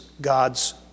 God's